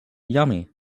yummy